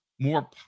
More